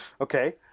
Okay